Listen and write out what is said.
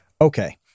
okay